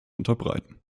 unterbreiten